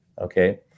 Okay